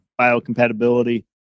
biocompatibility